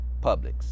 Publix